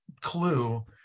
clue